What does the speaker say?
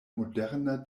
moderna